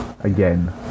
again